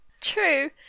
True